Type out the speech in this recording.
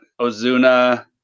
Ozuna